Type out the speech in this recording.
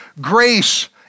grace